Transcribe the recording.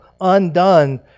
undone